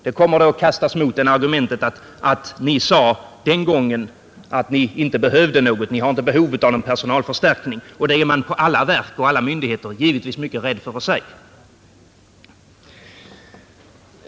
Man kommer då att få det argumentet kastat mot sig att den och den gången sades det att ni inte har behov av någon personalförstärkning, och det är man på alla verk och myndigheter givetvis mycket rädd för att säga.